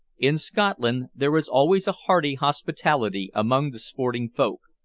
in scotland there is always a hearty hospitality among the sporting folk,